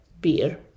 beer